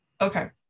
Okay